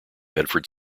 bedford